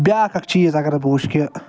بیٛاکھ اَکھ چیٖز اَگرَے بہٕ وٕچھٕ کہِ